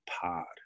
pod